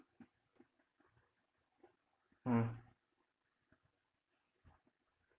mm